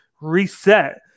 reset